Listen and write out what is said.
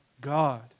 God